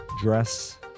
dress